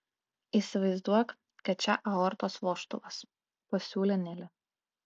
įsivaizduok kad čia aortos vožtuvas pasiūlė nelė